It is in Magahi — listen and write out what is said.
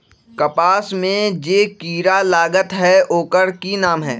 कपास में जे किरा लागत है ओकर कि नाम है?